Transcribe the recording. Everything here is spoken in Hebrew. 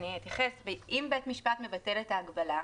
אם בית המשפט מבטל את ההגבלה,